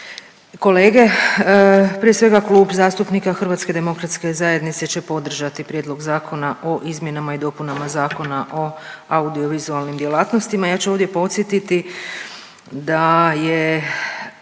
kolege, prije svega Klub zastupnika HDZ-a će podržati Prijedlog Zakona o izmjenama i dopunama Zakona o audiovizualnim djelatnostima i ja ću ovdje podsjetiti da je